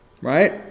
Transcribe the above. Right